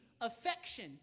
affection